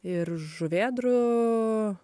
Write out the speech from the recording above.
ir žuvėdrų